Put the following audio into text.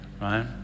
Right